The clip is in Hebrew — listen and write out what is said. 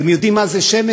אתם יודעים מה זה שמש?